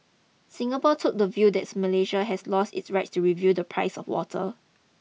Singapore took the view that Malaysia had lost its right to review the price of water